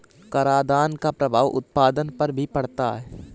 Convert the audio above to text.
करादान का प्रभाव उत्पादन पर भी पड़ता है